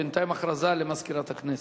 בינתיים הכרזה למזכירת הכנסת.